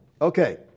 Okay